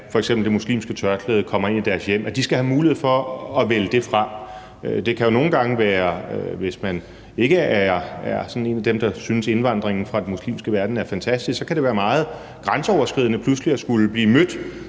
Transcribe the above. det muslimske tørklæde, kommer ind i deres hjem, skal have mulighed for at vælge det fra. Det kan jo nogle gange være, fordi man ikke er en af dem, der synes, at indvandringen fra den muslimske verden er fantastisk, og så kan det være meget grænseoverskridende pludselig at skulle blive mødt